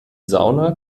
sauna